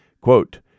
Quote